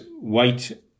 white